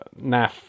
NAF